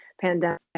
pandemic